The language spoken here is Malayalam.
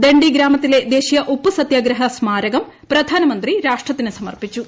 ദണ്ഡി ഗ്രാമത്തിലെ ദേശീയ ഉപ്പ് സത്യാഗ്രഹ സ്മാരകം പ്രധാനമന്ത്രി രാഷ്ട്രത്തിന് സമർപ്പിച്ചു